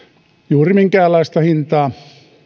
juuri minkäänlaista hintaa